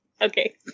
okay